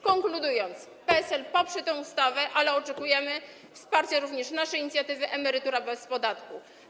Konkludując, PSL poprze tę ustawę, ale oczekujemy wsparcia również naszej inicjatywy emerytury bez podatku.